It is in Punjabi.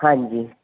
ਹਾਂਜੀ